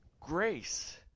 grace